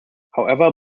however